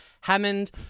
Hammond